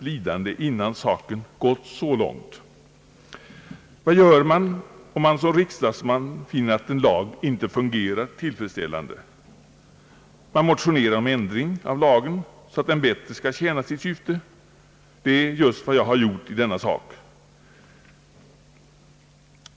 Vad gör man, om man som riksdagsman finner att en lag inte fungerar tillfredsställande? Man motionerar om ändring av lagen så att den bättre skall tjäna sitt syfte. Det är just vad jag gjort i denna sak.